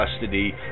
custody